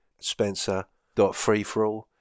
spencer.freeforall